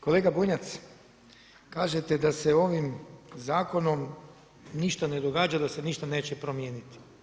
Kolega Bunjac, kažete da se ovim zakonom ništa ne događa, da se ništa neće promijeniti.